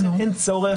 לכן אין צורך